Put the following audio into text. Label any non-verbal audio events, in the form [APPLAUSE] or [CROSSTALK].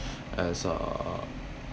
[NOISE] as uh